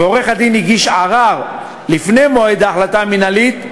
ועורך-הדין הגיש ערר לפני מועד ההחלטה המינהלית,